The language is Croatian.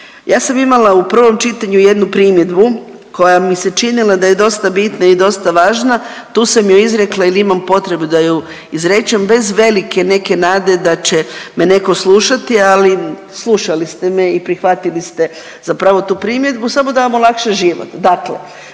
Ja sam imala u prvom čitanju jednu primjedbu koja mi se činila da je dosta bitna i dosta važna. Tu sam ju izrekla jer imam potrebu da ju izrečem bez velike neke nade da će me netko slušati, ali slušali ste me i prihvatili ste zapravo tu primjedbu samo da vam olakša život.